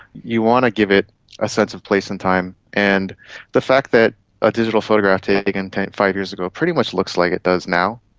you want to give it a sense of place and time. and the fact that a digital photograph taken ten, five years ago pretty much looks like it does now,